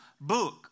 book